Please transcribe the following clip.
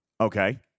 Okay